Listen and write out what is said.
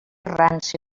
ranci